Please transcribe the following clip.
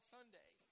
Sunday